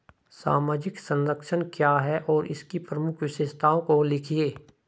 सामाजिक संरक्षण क्या है और इसकी प्रमुख विशेषताओं को लिखिए?